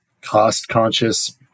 cost-conscious